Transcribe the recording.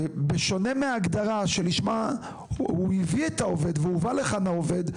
בשונה מהגדרה שלשמה הוא הביא את העובד והובא לכאן העובד,